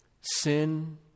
sin